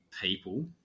people